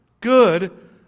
good